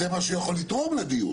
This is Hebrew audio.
זה מה שהוא יכול לתרום לדיון.